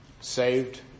saved